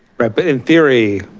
right, but in theory,